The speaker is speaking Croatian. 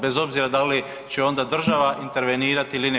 Bez obzira da li će onda država intervenirati ili ne.